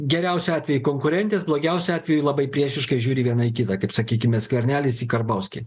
geriausiu atveju konkurentės blogiausiu atveju labai priešiškai žiūri viena į kitą kaip sakykime skvernelis į karbauskį